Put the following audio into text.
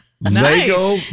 Lego